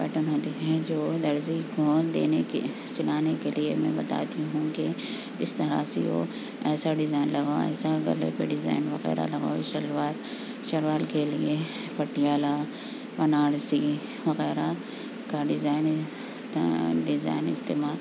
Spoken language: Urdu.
پیٹن آتے ہیں جو درزی کو دینے کے سلانے کے لیے میں بتاتی ہوں کہ اس طرح سیو ایسا ڈیزائن لگاؤ ایسا گلے پہ ڈیزائن وغیرہ لگاؤ شلوار شلوار کے لیے پٹیالا بنارسی وغیرہ کا ڈیزائن تا ڈیزائن استعمال